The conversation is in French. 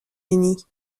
unis